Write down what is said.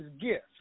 gift